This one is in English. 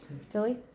Stilly